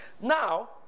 Now